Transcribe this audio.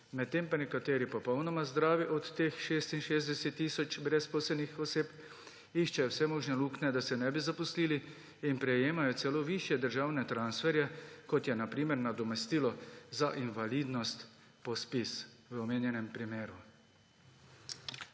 medtem pa nekateri popolnoma zdravi od teh 66 tisoč brezposelnih oseb iščejo vse možne luknje, da se ne bi zaposlili, in prejemajo celo višje državne transferje, kot je na primer nadomestilo za invalidnost po ZPIZ v omenjenem primeru?